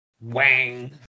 Wang